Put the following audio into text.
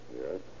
Yes